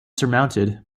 surmounted